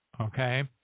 Okay